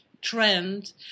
trend